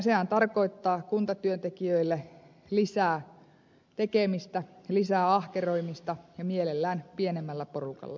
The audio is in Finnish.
sehän tarkoittaa kuntatyöntekijöille lisää tekemistä lisää ahkeroimista ja mielellään pienemmällä porukalla